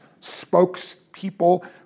spokespeople